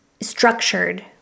structured